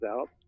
out